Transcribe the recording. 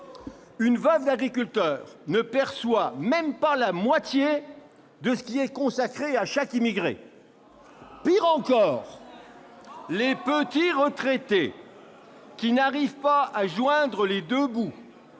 Une veuve d'agriculteur ne perçoit même pas la moitié de ce qui est consacré à chaque immigré. Mensonge ! Pire encore, les petits retraités qui n'arrivent pas à joindre les deux bouts